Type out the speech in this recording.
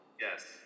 Yes